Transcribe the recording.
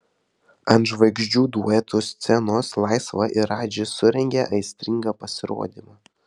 ant žvaigždžių duetų scenos laisva ir radži surengė aistringą pasirodymą